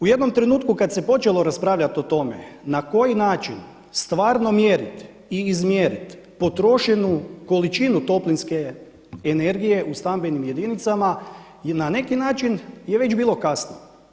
U jednom trenutku kad se počelo raspravljati o tome na koji način stvarno mjeriti i izmjeriti potrošenu količinu toplinske energije u stambenim jedinicama je na neki način je već bilo kasno.